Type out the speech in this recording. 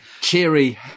Cheery